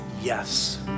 yes